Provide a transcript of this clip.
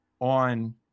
on